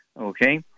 okay